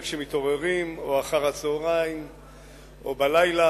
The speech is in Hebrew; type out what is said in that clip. כשמתעוררים בבוקר או אחר הצהריים או בלילה,